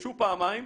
נפגשו פעמיים,